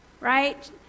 Right